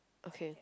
okay